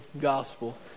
gospel